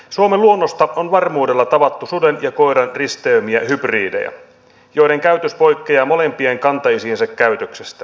suomen luonnosta on varmuudella tavattu suden ja koiran risteymiä hybridejä joiden käytös poikkeaa molempien kantaisiensä käytöksestä